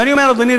ואני אומר: אדוני,